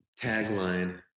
tagline